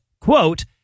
quote